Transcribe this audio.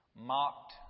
mocked